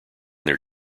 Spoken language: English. their